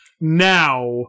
now